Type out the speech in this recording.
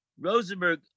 Rosenberg